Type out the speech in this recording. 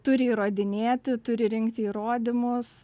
turi įrodinėti turi rinkti įrodymus